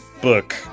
book